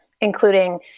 including